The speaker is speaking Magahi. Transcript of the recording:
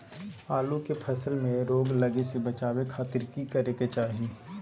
आलू के फसल में रोग लगे से बचावे खातिर की करे के चाही?